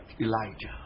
Elijah